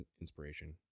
inspiration